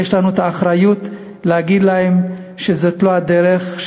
יש לנו את האחריות להגיד להם שזו לא הדרך,